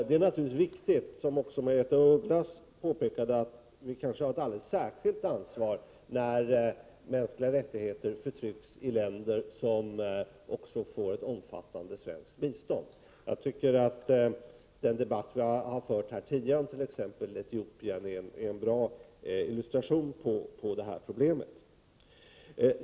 Det är riktigt, som Margaretha af Ugglas påpekade, att vi har ett alldeles särskilt ansvar då mänskliga rättigheter förtrycks i länder som får ett omfattande svenskt bistånd. Jag tycker att den debatt som förts här tidigare om t.ex. Etiopien är en bra illustration av det här problemet.